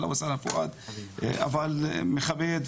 מכבד,